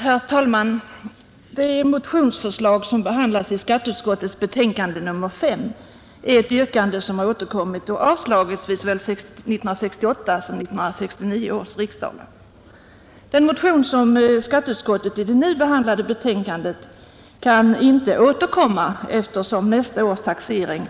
Herr talman! Det motionsyrkande som behandlas i skatteutskottets betänkande nr 5 har framförts och avslagits vid såväl 1968 som 1969 års riksdagar. Det kan emellertid inte återkomma, eftersom fr.o.m. nästa års taxering